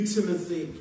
Timothy